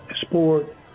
sport